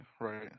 right